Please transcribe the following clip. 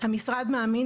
המשרד מאמין